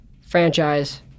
franchise